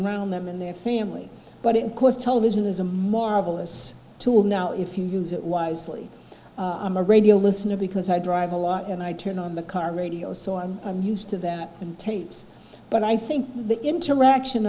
around them in their family but it was television is a marvelous tool now if you use it wisely a radio listener because i drive a lot and i turn on the car radio so i'm used to that and tapes but i think the interaction